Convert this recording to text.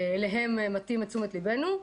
אנו מפנים את תשומת לבנו.